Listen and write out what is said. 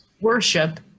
worship